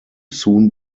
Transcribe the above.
soon